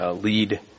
lead